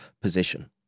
position